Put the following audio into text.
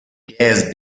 guests